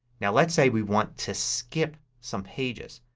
now let's say we want to skip some pages.